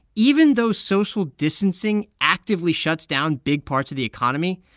even though social distancing actively shuts down big parts of the economy,